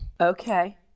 Okay